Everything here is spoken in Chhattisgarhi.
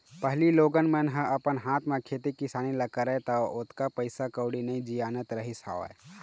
पहिली लोगन मन ह अपन हाथ म खेती किसानी ल करय त ओतका पइसा कउड़ी नइ जियानत रहिस हवय